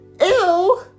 ew